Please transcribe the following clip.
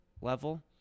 level